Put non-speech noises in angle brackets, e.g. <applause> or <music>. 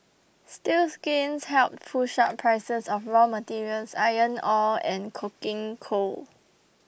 steel's gains helped push <noise> up prices of raw materials iron ore and coking coal